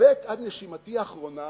איאבק עד נשימתי האחרונה